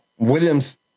Williams